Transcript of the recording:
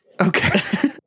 Okay